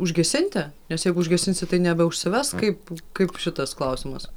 užgesinti nes jeigu užgesinsi tai nebeužsives kaip kaip šitas klausimas